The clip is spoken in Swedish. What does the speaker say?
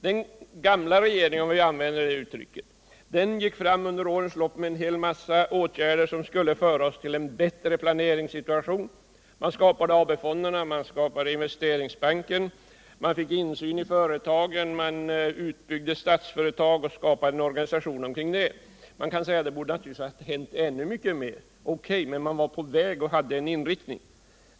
Den gamla regeringen, om jag får använda det uttrycket, gick fram under årens lopp med en mängd åtgärder som skulle föra oss till en bättre planeringssituation. Man skapade AP-fonderna, man skapade Investeringsbanken, man fick insyni företagen, man byggde upp Statsföretag och skapade en organisation kring det. Det borde naturligtvis ha hänt ännu mer, men man var på väg och hade en: inriktning.